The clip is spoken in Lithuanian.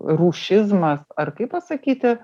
rūšizmas ar kaip pasakyti